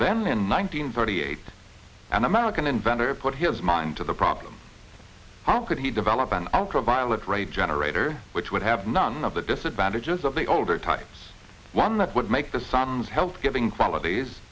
then in one nine hundred thirty eight an american inventor put his mind to the problem how could he develop an ultraviolet rays generator which would have none of the disadvantages of the older types one that would make the sun's health giving qualities